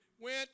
went